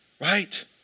Right